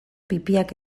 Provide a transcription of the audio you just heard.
pipiak